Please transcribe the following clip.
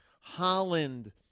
Holland